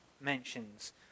mentions